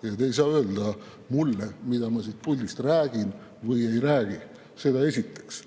te ei saa öelda mulle, mida ma siit puldist räägin või ei räägi. Seda esiteks.